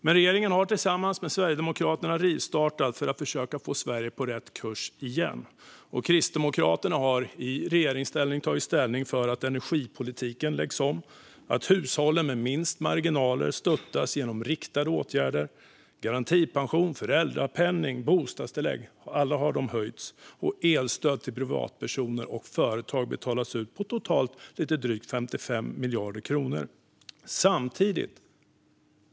Men regeringen har tillsammans med Sverigedemokraterna rivstartat för att försöka få Sverige på rätt kurs igen. Kristdemokraterna har i regeringsställning tagit ställning för att energipolitiken läggs om och att hushållen med minst marginaler stöttas genom riktade åtgärder. Garantipensionen, föräldrapenningen och bostadstillägget - alla har de höjts. Elstöd till privatpersoner och företag på totalt lite drygt 55 miljarder kronor har betalats ut.